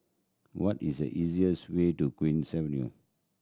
what is the easiest way to Queen's Avenue